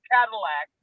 Cadillac